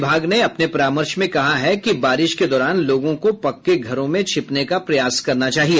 विभाग ने अपने परामर्श में कहा है कि बारिश के दौरान लोगों को पक्के घरों में छिपने का प्रयास करना चाहिए